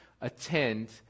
attend